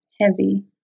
heavy